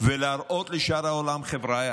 ולהראות לשאר העולם: חבריא,